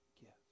gift